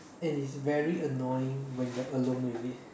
and it's very annoying when you're alone with it